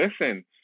listen